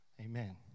amen